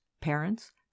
parents